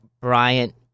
Bryant